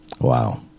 Wow